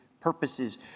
purposes